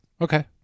Okay